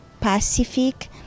Pacific